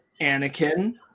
Anakin